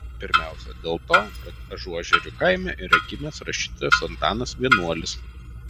pirmiausiai dėl to kad ažuožerių kaime yra gimęs rašytojas antanas vienuolis